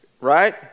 Right